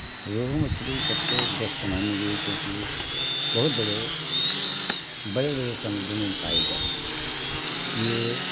रोहू मछली सबसे बेस्ट मानी गई क्योंकि बहुत बड़े बड़े बड़े समुद्र में पाए जाते हैं ये